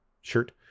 shirt